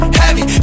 heavy